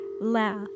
laugh